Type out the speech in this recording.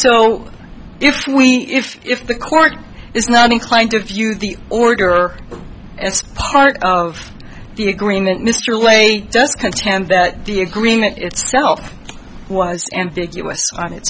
so if we if if the court is not inclined to view the order as part of the agreement mr lane does contend that the agreement itself was